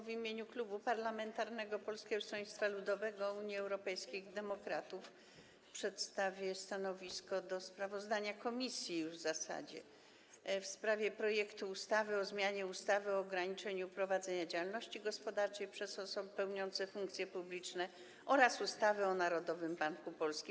W imieniu Klubu Poselskiego Polskiego Stronnictwa Ludowego - Unii Europejskich Demokratów przedstawię stanowisko wobec sprawozdania komisji już w zasadzie w sprawie projektu ustawy o zmianie ustawy o ograniczeniu prowadzenia działalności gospodarczej przez osoby pełniące funkcje publiczne oraz ustawy o Narodowym Banku Polskim.